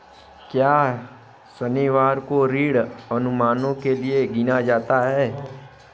क्या शनिवार को ऋण अनुमानों के लिए गिना जाता है?